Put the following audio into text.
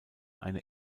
eine